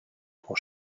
pour